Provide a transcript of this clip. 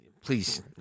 please